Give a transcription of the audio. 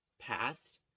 Past